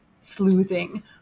sleuthing